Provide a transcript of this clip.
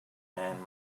man